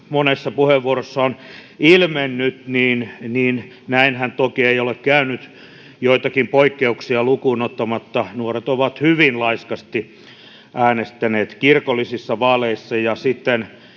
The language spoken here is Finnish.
monessa puheenvuorossa on ilmennyt, näinhän toki ei ole käynyt. Joitakin poikkeuksia lukuun ottamatta nuoret ovat hyvin laiskasti äänestäneet kirkollisissa vaaleissa. Ja mikä